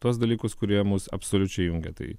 tuos dalykus kurie mus absoliučiai jungia tai